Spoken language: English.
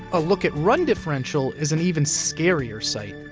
a look at run differential is an even scarier sight.